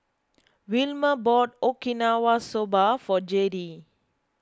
Wilmer bought Okinawa Soba for Jayde